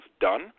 done